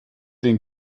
den